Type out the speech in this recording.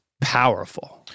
powerful